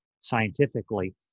scientifically